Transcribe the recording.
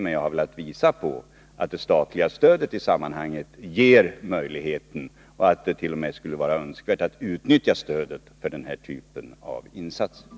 Men jag har velat visa att det statliga stödet i det här sammanhanget ger möjligheter — det anses t.o.m. vara önskvärt — att investera i denna typ av verksamhet.